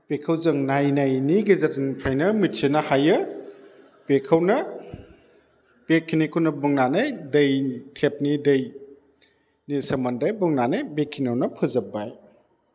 बेखौ जों नायनायनि गेजेरजों फ्रायनो मिथिनो हायो बेखौनो बे खिनिखौनो बुंनानै दै टेप नि दैनि सोमोन्दै बुंनानै बेखिनियावनो फोजोबबाय